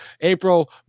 april